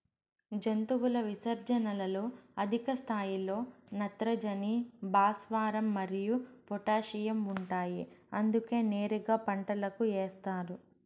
జంతువుల విసర్జనలలో అధిక స్థాయిలో నత్రజని, భాస్వరం మరియు పొటాషియం ఉంటాయి అందుకే నేరుగా పంటలకు ఏస్తారు